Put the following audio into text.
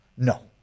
No